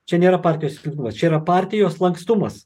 čia nėra partijos silpnumas čia yra partijos lankstumas